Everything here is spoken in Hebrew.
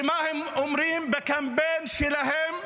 ומה הם אומרים בקמפיין שלהם?